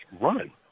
run